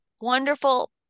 wonderful